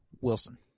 Wilson